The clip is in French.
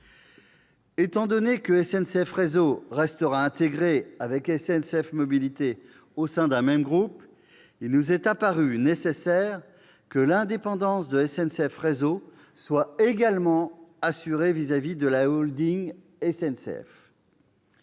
Étant donné que SNCF Réseau restera intégré, avec SNCF Mobilités, au sein d'un même groupe, il nous est apparu nécessaire que l'indépendance de SNCF Réseau soit également assurée à l'égard de la SNCF.